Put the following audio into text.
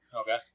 Okay